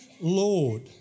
Lord